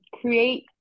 create